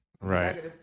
right